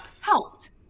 helped